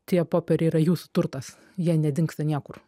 tie popieriai yra jūsų turtas jie nedingsta niekur